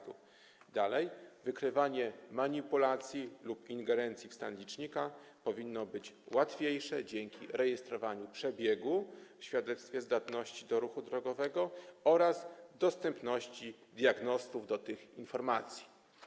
Dalej, wykrywanie manipulacji lub ingerencji w stan licznika powinno być łatwiejsze dzięki rejestrowaniu przebiegu w świadectwie zdatności do ruchu drogowego oraz dostępu diagnostów do tych informacji.